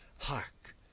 Hark